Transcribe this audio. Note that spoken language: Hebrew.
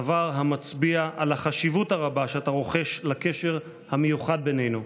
דבר המצביע על החשיבות הרבה שאתה רוחש לקשר המיוחד בינינו.